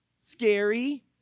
scary